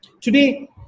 Today